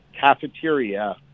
cafeteria